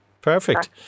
Perfect